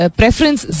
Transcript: preference